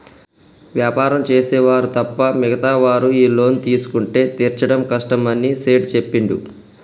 వ్యాపారం చేసే వారు తప్ప మిగతా వారు ఈ లోన్ తీసుకుంటే తీర్చడం కష్టమని సేట్ చెప్పిండు